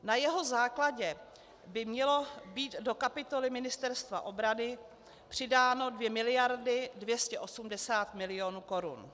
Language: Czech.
Na jeho základě by měly být do kapitoly Ministerstva obrany přidány 2 miliardy 280 milionů korun.